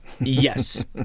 Yes